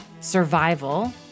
survival